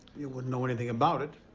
you wouldn't know anything about it?